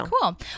Cool